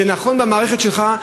זה נכון במערכת שלך,